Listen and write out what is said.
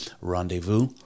rendezvous